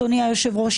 אדוני היושב-ראש,